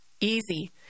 easy